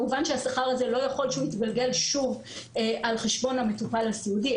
כמובן שהשכר הזה לא יכול שהוא יתגלגל שוב על חשבון המטופל הסיעודי,